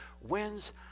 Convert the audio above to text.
wins